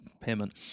payment